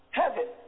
heaven